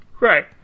Right